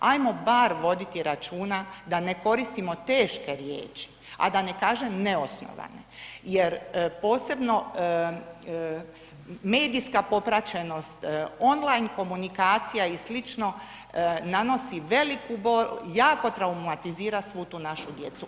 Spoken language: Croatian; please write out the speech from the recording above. Hajmo bar voditi računa da ne koristimo teške riječi, a da ne kažem neosnovane jer posebno medijska popraćenost, online komunikacija i sl. nanosi veliku bol, jako traumatizira svu tu našu djecu.